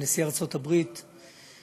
נשיא ארצות הברית בישראל,